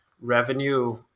revenue